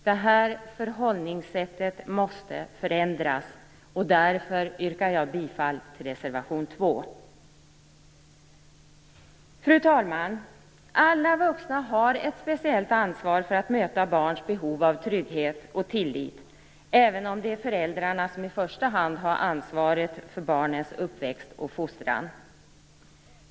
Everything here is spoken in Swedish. Detta förhållningssättet måste förändras. Därför yrkar jag bifall till reservation 2. Fru talman! Alla vuxna har ett speciellt ansvar för att möta barns behov av trygghet och tillit, även om det är föräldrarna som i första hand har ansvaret för barnens uppväxt och fostran.